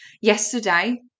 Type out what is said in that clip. yesterday